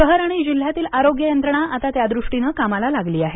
शहर आणि जिल्ह्यातील आरोग्य यंत्रणा आता त्यादृष्टीनं कामाला लागली आहे